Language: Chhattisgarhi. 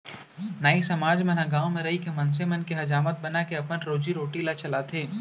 नाई समाज मन ह गाँव म रहिके मनसे मन के हजामत बनाके अपन रोजी रोटी ल चलाथे